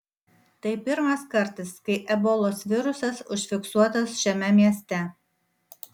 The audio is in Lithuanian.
tai pirmas kartas kai ebolos virusas užfiksuotas šiame mieste